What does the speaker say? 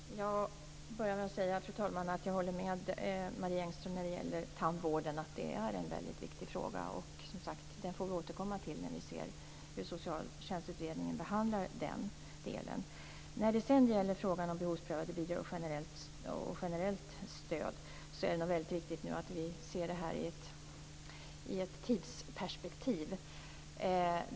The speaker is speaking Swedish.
Fru talman! Jag vill börja med att säga att jag håller med Marie Engström om att tandvården är en väldigt viktig fråga. Den får vi som sagt återkomma till när vi ser hur socialtjänstutredningen behandlar den delen. När det sedan gäller frågan om behovsprövade bidrag och generellt stöd är det nog väldigt viktigt att vi nu ser det här i ett tidsperspektiv.